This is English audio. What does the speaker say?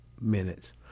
minutes